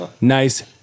nice